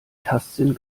tastsinn